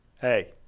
Hey